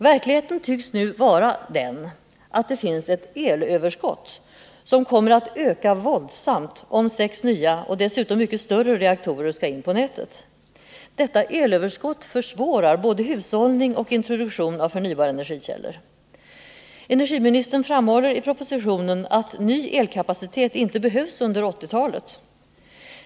Verkligheten tycks nu vara den att det finns ett elöverskott, som kommer att öka våldsamt om sex nya och dessutom mycket större reaktorer skall in på nätet. Detta elöverskott försvårar både hushållning och introduktion av förnybara energikällor. Energiministern framhåller i propositionen att ny elkapacitet inte behövs under 1980-talet.